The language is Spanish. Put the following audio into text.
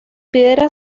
piedra